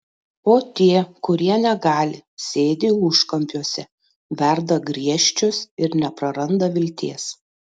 o tie kurie negali sėdi užkampiuose verda griežčius ir nepraranda vilties